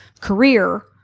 career